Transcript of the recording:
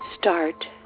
start